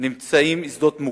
נמצאים שדות מוקשים.